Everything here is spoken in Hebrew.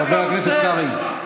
חבר הכנסת קרעי.